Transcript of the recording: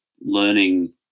learning